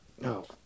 No